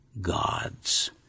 gods